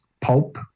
pulp